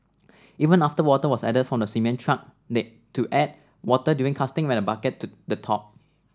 even after water was added from the cement truck they to add water during casting when the bucket the top